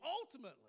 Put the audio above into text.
ultimately